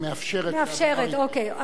היא מאפשרת, מאפשרת, אוקיי.